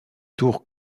tour